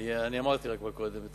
אני אמרתי לה כבר קודם.